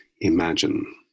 imagine